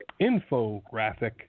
infographic